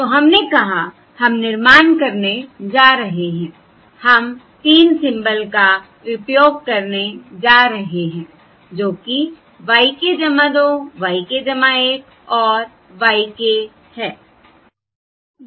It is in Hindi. तो हमने कहा हम निर्माण करने जा रहे हैं हम 3 सिंबल का उपयोग करने जा रहे हैं जो कि y k 2 y k 1 और y k है